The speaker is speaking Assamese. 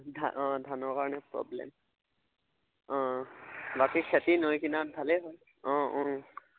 অঁ ধানৰ কাৰণে প্ৰব্লেম অঁ বাকী খেতি নৈ কিনাৰত ভালেই হয় অঁ অঁ